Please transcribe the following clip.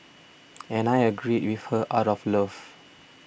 and I agreed with her out of love